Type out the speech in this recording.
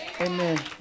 Amen